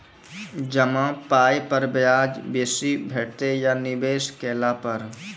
जमा पाय पर ब्याज बेसी भेटतै या निवेश केला पर?